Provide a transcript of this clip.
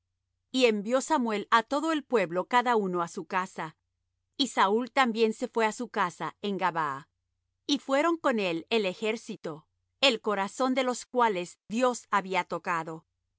y envió samuel á todo el pueblo cada uno á su casa y saúl también se fué á su casa en gabaa y fueron con él el ejército el corazón de los cuales dios había tocado